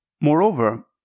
Moreover